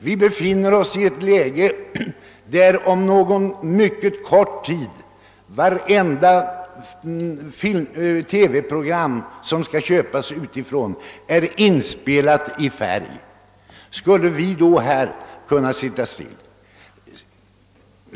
Vi befinner oss i det läget att vartenda TV-program som skall köpas utifrån inom kort kommer att vara inspelat i färg. Skulle vi då kunna sitta still?